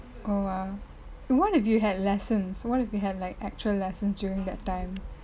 oh !wah! what if you had lessons what if you had like actual lesson during that time